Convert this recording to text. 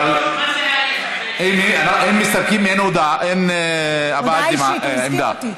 אם מסתפקים אין הבעת עמדה.